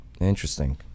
Interesting